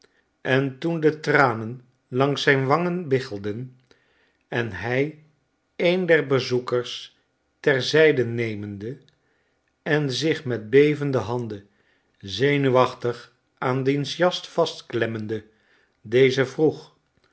en toen de tranen langs zijn wangen biggelden en hij een der bezoekers ter zjjjde nemende en zich met bevende handen zenuwachtig aan diens jas vastklemmende dezen vroeg